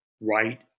right